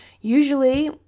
usually